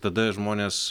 tada žmonės